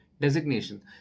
designation